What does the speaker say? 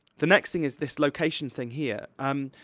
the next thing is this location thing, here. um